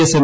S M